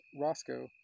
Roscoe